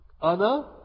Ana